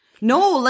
no